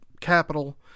capital